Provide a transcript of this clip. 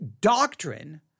doctrine